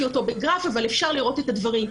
אותו בגרף אבל אפשר לראות את הדברים.